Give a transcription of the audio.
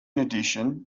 addition